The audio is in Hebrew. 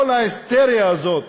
כל ההיסטריה הזאת